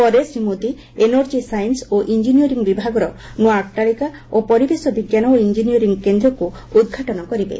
ପରେ Shri Modi energy science ଓ engineering ବିଭାଗର ନୂଆ ଅଟ୍ଟାଳିକା ଓ ପରିବେଶ ବିଜ୍ଞାନ ଓ ଇଞ୍ଜିନିୟରିଂ କେନ୍ଦ୍ରକୃ ଉଦ୍ଘାଟନ କରିବେ